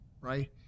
right